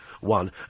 one